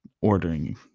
ordering